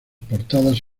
portadas